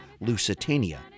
Lusitania